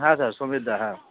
হ্যাঁ স্যার সুমিতদা হ্যাঁ